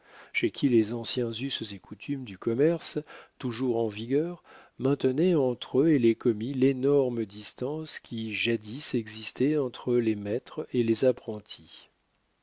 chez qui les anciens us et coutumes du commerce toujours en vigueur maintenaient entre eux et les commis l'énorme distance qui jadis existait entre les maîtres et les apprentis